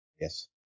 yes